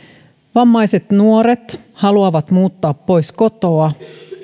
vammaiset nuoret haluavat muuttaa pois kotoa